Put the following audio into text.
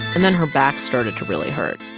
and then her back started to really hurt.